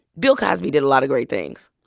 bill cosby did a lot of great things,